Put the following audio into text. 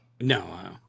No